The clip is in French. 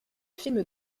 film